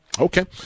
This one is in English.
okay